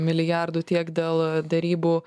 milijardų tiek dėl derybų